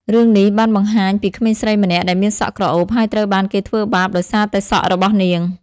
រឿងនេះបានបង្ហាញពីក្មេងស្រីម្នាក់ដែលមានសក់ក្រអូប ហើយត្រូវបានគេធ្វើបាបដោយសារតែសក់របស់នាង។